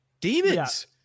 demons